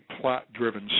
plot-driven